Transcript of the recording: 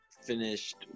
finished